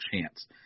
chance